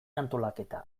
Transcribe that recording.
antolaketa